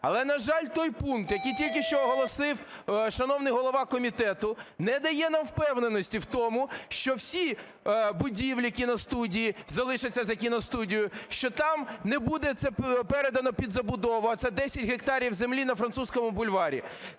Але, на жаль, той пункт, який тільки що оголосив шановний голова комітету, не дає нам впевненості в тому, що всі будівлі кіностудії залишаться за кіностудією, що там не буде це передано під забудову, а це 10 гектарів землі на Французькому бульварі.